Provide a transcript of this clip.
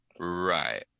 right